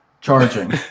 Charging